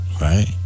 Right